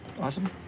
Awesome